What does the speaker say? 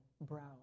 brown